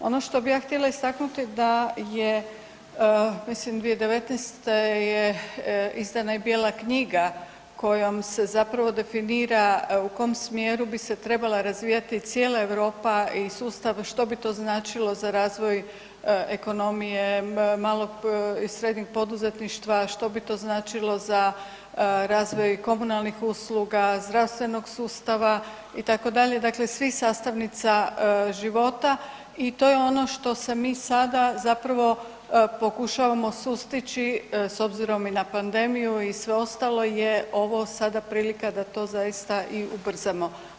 Ono što bi ja htjela istaknuti da je, mislim 2019. je izdana je i bijela knjiga kojom se zapravo definira u kom smjeru bi se trebala razvijati cijela Europa i sustav što bi to značilo za razvoj ekonomije, malog i srednjeg poduzetništva, što bi to značilo za razvoj komunalnih usluga, zdravstvenog sustava itd., dakle svih sastavnica života i to je ono što se mi sada zapravo pokušavamo sustići s obzirom i na pandemiju i sve ostalo je ovo sada prilika da to zaista i ubrzamo.